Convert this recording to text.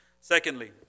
Secondly